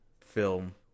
film